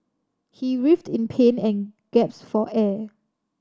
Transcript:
he writhed in pain and for air